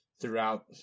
throughout